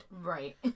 Right